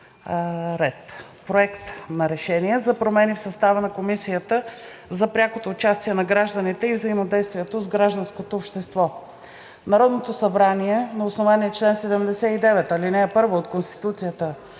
ред. „Проект! РЕШЕНИЕ за промени в състава на Комисията за прякото участие на гражданите и взаимодействието с гражданското общество Народното събрание на основание чл. 79, ал. 1 от Конституцията